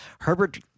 Herbert